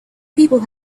people